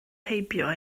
heibio